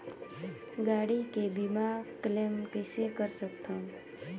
गाड़ी के बीमा क्लेम कइसे कर सकथव?